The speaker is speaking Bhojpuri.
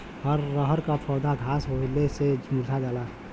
रहर क पौधा घास होले से मूरझा जाला